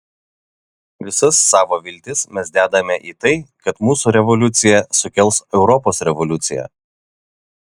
visas savo viltis mes dedame į tai kad mūsų revoliucija sukels europos revoliuciją